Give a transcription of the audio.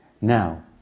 Now